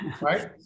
right